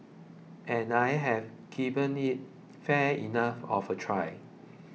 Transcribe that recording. and I have given it fair enough of a try